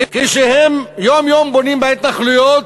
כשהם יום-יום בונים בהתנחלויות,